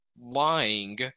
lying